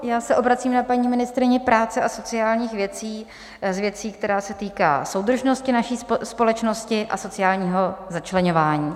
Já se obracím na paní ministryni práce a sociálních věcí s věcí, která se týká soudržnosti naší společnosti a sociálního začleňování.